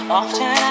often